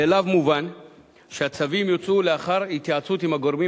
מאליו מובן שהצווים יוצאו לאחר התייעצות עם הגורמים